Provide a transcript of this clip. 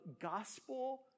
gospel